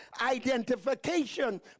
identification